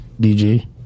DJ